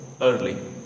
early